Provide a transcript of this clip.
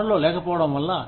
వనరులు లేకపోవడం వల్ల